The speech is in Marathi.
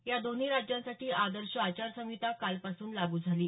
या दोन्ही राज्यांसाठी आदर्श आचारसंहिता कालपासून लागू झाली आहे